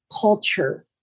culture